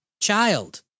child